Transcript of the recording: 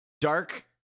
dark